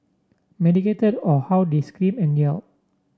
medicated or how they scream and yell